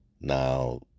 Now